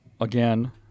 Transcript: again